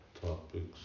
topics